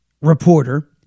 reporter